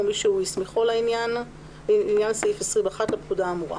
ומי שהוא הסמיכו לעניין סעיף 20(1) לפקודה האמורה.